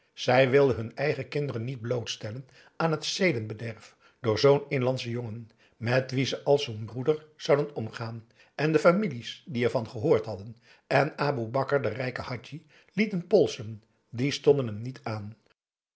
zij wilden hun eigen kinderen niet blootstellen aan het zedenbederf door zoo'n inlandschen jongen met wien ze als met n broer zouden omgaan en de families die ervan gehoord hadden en aboe bakar den rijken hadji lieten polsen die stonden hem niet aan